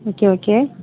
okay okay